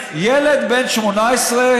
ילד בן 18,